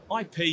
IP